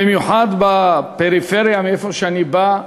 במיוחד בפריפריה, שמשם אני בא,